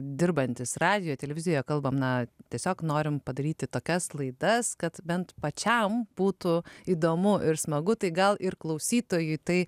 dirbantys radiją televiziją kalbame na tiesiog norime padaryti tokias laidas kad bent pačiam būtų įdomu ir smagu tai gal ir klausytojui tai